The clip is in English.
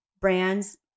brands